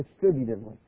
distributively